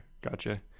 gotcha